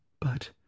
But